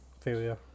failure